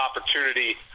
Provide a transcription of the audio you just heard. opportunity